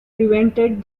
prevented